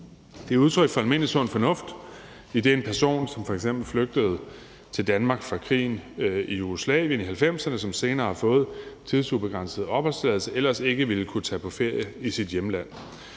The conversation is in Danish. Det er udtryk for almindelige sund fornuft, idet en person, som f.eks. flygtede til Danmark fra krigen i Jugoslavien i 1990'erne, og som senere har fået tidsubegrænset opholdstilladelse, ellers ikke ville kunne tage på ferie i sit hjemland.